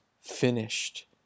finished